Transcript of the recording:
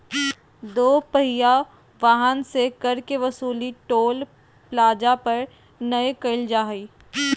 दो पहिया वाहन से कर के वसूली टोल प्लाजा पर नय कईल जा हइ